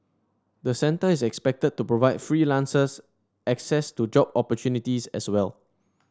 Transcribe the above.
the centre is expected to provide freelancers access to job opportunities as well